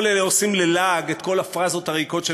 כל אלה שמים ללעג את כל הפראזות הריקות של